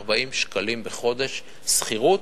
240 שקלים לחודש שכירות,